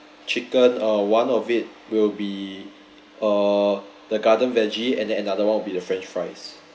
chicken uh one of it will be uh the garden veggie and then another one will be the french fries